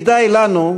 כדאי לנו,